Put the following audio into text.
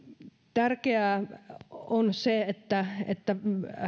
tärkeää on se että että